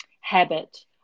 habit